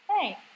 Hey